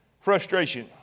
frustration